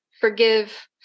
forgive